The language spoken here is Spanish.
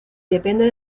depende